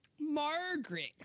Margaret